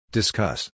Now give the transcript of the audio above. Discuss